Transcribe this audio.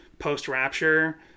post-rapture